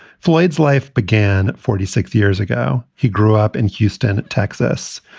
floyd's life began forty six years ago. he grew up in houston, texas.